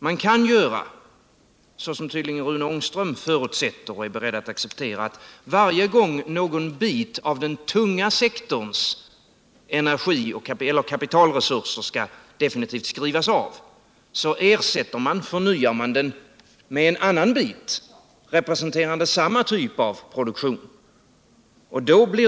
Man kan, som tydligen Rune Ångström är beredd att acceptera, varje gång någon bit av den tunga sektworns energi eller kapiuulresurser definitivt skall skrivas av ersätta den med en annan bit. representerande samma typ av produktion.